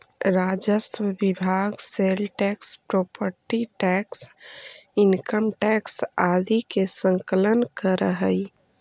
राजस्व विभाग sale tax property tax income tax आदि के संकलन करऽ हई